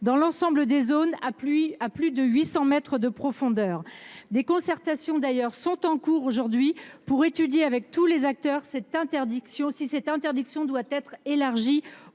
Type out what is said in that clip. dans l’ensemble des zones à plus de 800 mètres de profondeur. Des concertations sont en cours pour étudier avec l’ensemble des acteurs si cette interdiction doit être élargie